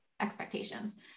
expectations